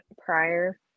prior